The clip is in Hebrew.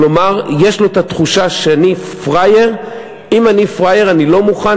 כלומר יש להם תחושה ש"אני פראייר" אם אני פראייר אני לא מוכן,